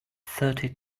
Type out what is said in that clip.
thirty